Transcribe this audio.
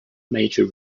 major